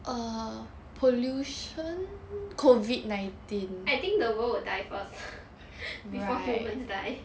I think the world will die first before humans die